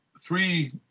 three